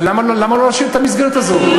למה לא להשאיר את המסגרת הזאת?